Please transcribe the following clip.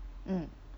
mm